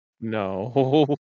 No